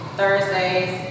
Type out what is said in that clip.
Thursdays